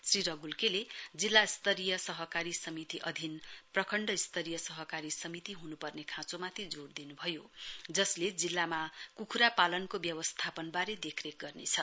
श्री रगुल के ले जिल्ला स्तरीय सहकारी समिति अधिन प्रखण्ड स्तरीय सहकारी समिति हुनुपर्ने खाँचोमाथि जोड़ दिनुभयो जसले जिल्लामा कुखुरा पालनको व्यवस्थापनवारे देखरेख गर्नेछ